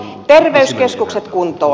terveyskeskukset kuntoon